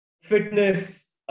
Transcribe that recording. fitness